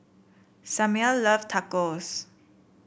Samir love Tacos